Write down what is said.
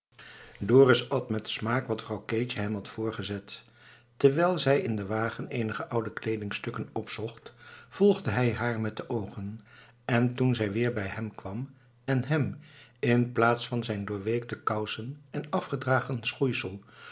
dorus at met smaak wat vrouw keetje hem had voorgezet terwijl zij in den wagen eenige oude kleedingstukken opzocht volgde hij haar met de oogen en toen zij weer bij hem kwam en hem in plaats van zijn doorweekte kousen en afgedragen schoeisel